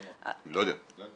לא יודע.